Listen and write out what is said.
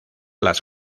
las